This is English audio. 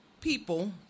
people